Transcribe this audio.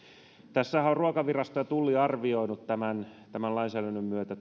tässähän ovat ruokavirasto ja tulli tämän tämän lainsäädännön myötä